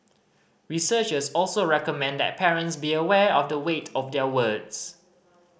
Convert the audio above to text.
researchers also recommend that parents be aware of the weight of their words